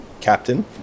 Captain